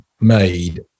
made